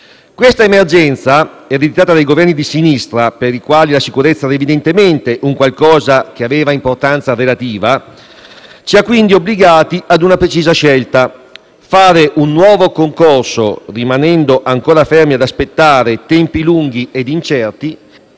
Questa emergenza, iniziata con i Governi di sinistra per i quali la sicurezza evidentemente era un qualcosa che aveva importanza relativa, ci ha quindi obbligati ad una precisa scelta: fare un nuovo concorso, rimanendo ancora fermi ad aspettare tempi lunghi e incerti,